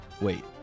Wait